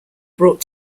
brought